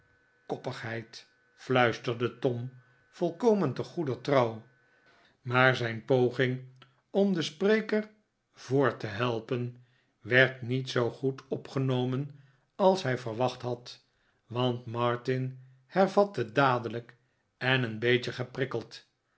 koppigheid fluisterde tom volkomen te goeder trouw maar zijn poging om den spreker voort te helpen werd niet zoo goed opgenomen als hij verwacht had want martin hervatte dadelijk en een beetje geprikkeld